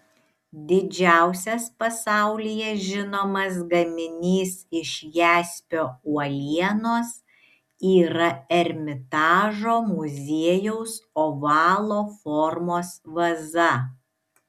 didžiausias pasaulyje žinomas gaminys iš jaspio uolienos yra ermitažo muziejaus ovalo formos vaza